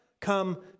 come